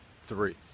three